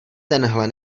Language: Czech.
tenhle